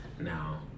now